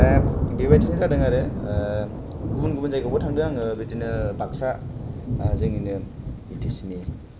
दा बेबायदिनो जादों आरो गुबुन गुबुन जायगाआवबो थांदों आङो बिदिनो बाक्सा जोंनिनो बि टि सि नि